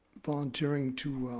volunteering to